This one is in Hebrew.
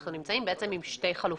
אנחנו נמצאים עם שתי חלופות: